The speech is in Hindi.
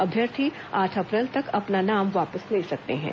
अभ्यर्थी आठ अप्रैल तक अपना नाम वापस ले सकेंगे